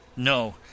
No